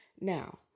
Now